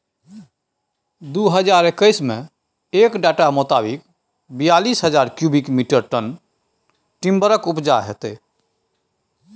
दु हजार एक्कैस मे एक डाटा मोताबिक बीयालीस हजार क्युबिक मीटर टन टिंबरक उपजा भेलै